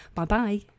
Bye-bye